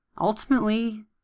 ultimately